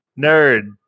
nerd